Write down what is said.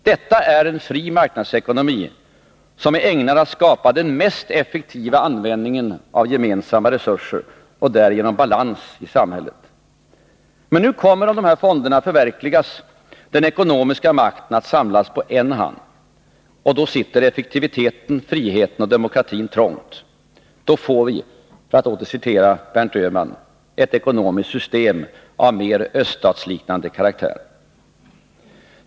Detta är en fri marknadsekonomi, som är ägnad att skapa den mest effektiva användningen av gemensamma resurser och därigenom balans i samhället. Men nu kommer den ekonomiska makten att samlas på en hand om de här fonderna förverkligas. Då sitter effektiviteten, friheten och demokratin trångt. Då får vi, för att åter citera Berndt Öhman, ett ekonomiskt system av mer öststatsliknande karaktär.